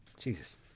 Jesus